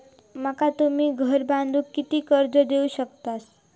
माका तुम्ही घर बांधूक किती कर्ज देवू शकतास?